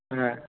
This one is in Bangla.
হ্যাঁ